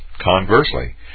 Conversely